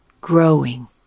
growing